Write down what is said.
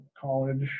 college